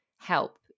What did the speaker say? help